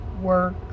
work